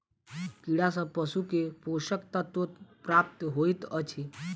कीड़ा सँ पशु के पोषक तत्व प्राप्त होइत अछि